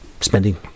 spending